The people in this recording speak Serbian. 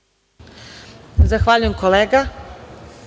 Zahvaljujem, kolega